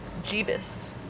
Jeebus